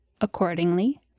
Accordingly